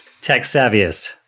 tech-savviest